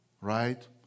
Right